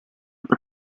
per